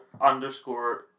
underscore